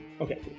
Okay